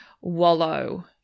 wallow